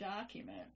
document